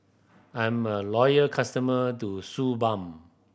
I'm a loyal customer to Suu Balm